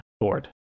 board